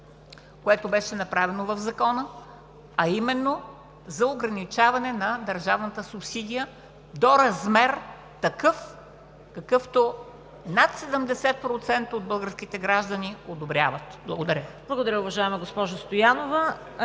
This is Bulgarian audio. което беше направено в Закона, а именно за ограничаване на държавната субсидия до размер такъв, какъвто над 70% от българските граждани одобряват. Благодаря. ПРЕДСЕДАТЕЛ ЦВЕТА КАРАЯНЧЕВА: Благодаря, уважаема госпожо Стоянова.